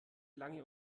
lange